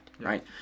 right